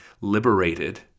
liberated